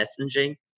messaging